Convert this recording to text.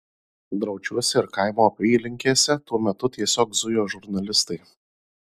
draučiuose ir kaimo apylinkėse tuo metu tiesiog zujo žurnalistai